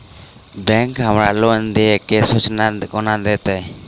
Bank हमरा loan देय केँ सूचना कोना देतय?